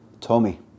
Tommy